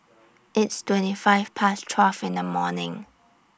its twenty five Past twelve in The afternoon